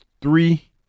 three